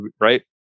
right